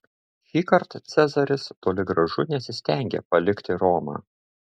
šįkart cezaris toli gražu nesistengė palikti romą